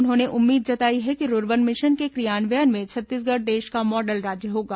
उन्होंने उम्मीद जताई है कि रूर्बन मिशन के क्रियान्वयन में छत्तीसगढ़ देश का मॉडल राज्य होगा